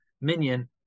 minion